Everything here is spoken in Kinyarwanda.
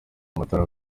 amatara